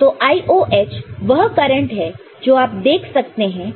तो IOH वह current है जो आप देख सकते हैं